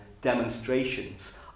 demonstrations